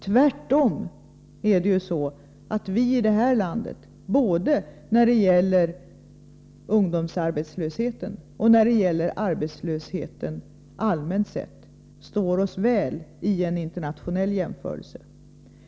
Tvärtom är det ju så att vi här i landet både när det gäller ungdomsarbetslösheten och när det gäller arbetslösheten allmänt sett står oss väl vid en internationell jämförelse.